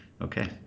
Okay